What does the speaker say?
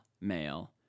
male